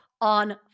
on